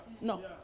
No